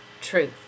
Truth